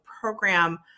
Program